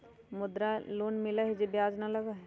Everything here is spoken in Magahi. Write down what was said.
मुद्रा लोन मिलहई जे में ब्याज न लगहई?